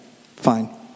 fine